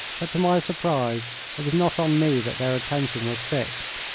but to my surprise it was not on me that their attention was fixed.